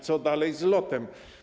Co dalej z LOT-em?